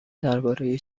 درباره